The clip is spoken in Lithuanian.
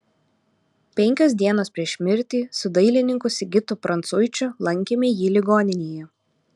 penkios dienos prieš mirtį su dailininku sigitu prancuičiu lankėme jį ligoninėje